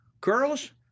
Girls